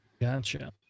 Gotcha